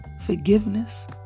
Forgiveness